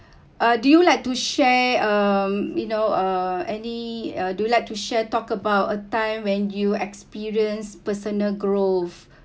uh do you like to share um you know uh any uh do you like to share talk about a time when you experience personal growth